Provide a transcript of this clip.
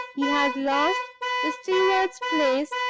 he had lost the steward's place,